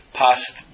past